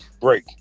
break